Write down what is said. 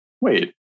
Wait